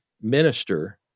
minister